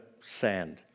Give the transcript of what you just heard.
sand